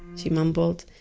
she mumbled.